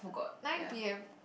nine p_m